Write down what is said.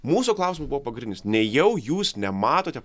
mūsų klausimas buvo pagrindinis nejau jūs nematote